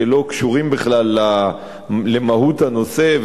שלא קשורים בכלל למהות הנושא.